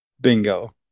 Bingo